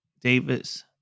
Davis